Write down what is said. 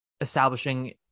establishing